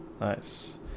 Nice